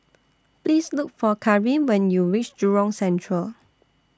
Please Look For Caryn when YOU REACH Jurong Central